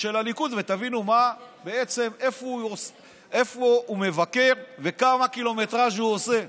של הליכוד ותבינו בעצם איפה הוא מבקר וכמה קילומטרז' הוא עושה,